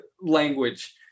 language